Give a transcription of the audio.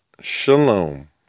shalom